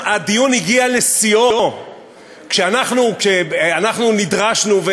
הדיון הגיע לשיאו כשאנחנו נדרשנו,